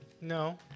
no